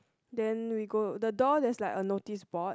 then we go the door there's like a noticeboard